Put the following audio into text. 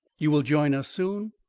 you will join us soon?